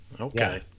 Okay